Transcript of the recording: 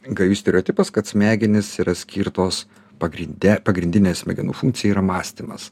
gajus stereotipas kad smegenys yra skirtos pagrinde pagrindinė smegenų funkcija yra mąstymas